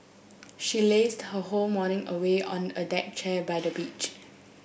she lazed her whole morning away on a deck chair by the beach